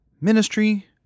ministry